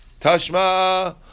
Tashma